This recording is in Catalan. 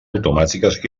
automàtiques